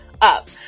up